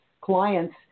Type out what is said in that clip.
clients